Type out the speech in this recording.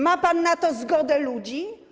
Ma pan na to zgodę ludzi?